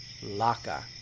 Laka